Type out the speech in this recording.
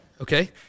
Okay